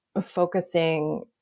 focusing